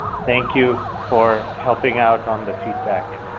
thank you for helping out on the feedback.